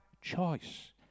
choice